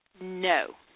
No